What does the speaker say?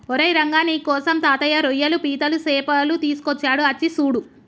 ఓరై రంగ నీకోసం తాతయ్య రోయ్యలు పీతలు సేపలు తీసుకొచ్చాడు అచ్చి సూడు